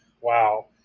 Wow